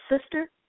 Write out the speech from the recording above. sister